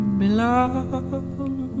belong